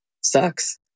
sucks